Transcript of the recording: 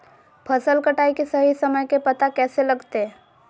फसल कटाई के सही समय के पता कैसे लगते?